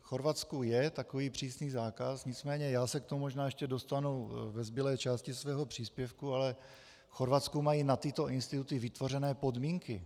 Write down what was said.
V Chorvatsku je takový přísný zákaz, nicméně, já se k tomu možná ještě dostanu ve zbylé části svého příspěvku, ale v Chorvatsku mají na tyto instituty vytvořené podmínky.